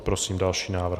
Prosím další návrh.